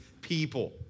people